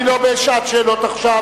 אני לא בשעת שאלות עכשיו,